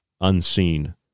unseen